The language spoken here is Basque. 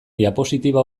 diapositiba